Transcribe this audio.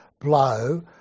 blow